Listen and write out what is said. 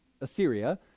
Assyria